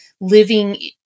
living